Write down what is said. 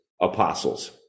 apostles